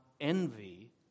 envy